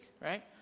right